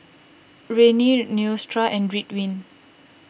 Rene and Ridwind